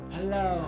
Hello